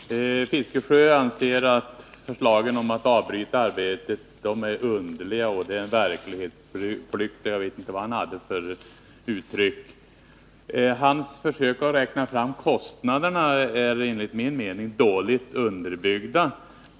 Fru talman! Bertil Fiskesjö anser att förslagen om att avbryta arbetet är underliga, att det är en verklighetsflykt, och jag vet inte allt vad han hade mer för uttryck. Hans försök att räkna fram kostnaderna är enligt min mening dåligt underbyggda.